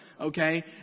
okay